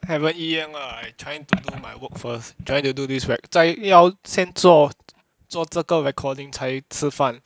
haven't eat yet lah I trying to do my work first trying to do this rec~ 在要先做做这个 recording 才吃饭